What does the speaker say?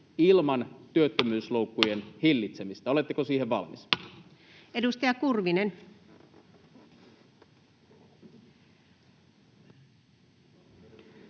ilman työttömyysloukkujen hillitsemistä? Oletteko siihen valmis? [Speech